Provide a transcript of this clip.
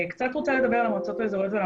קצת רוצה לדבר על המועצות האזוריות ועל